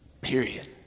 Period